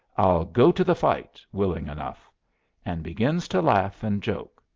i'll go to the fight willing enough and begins to laugh and joke.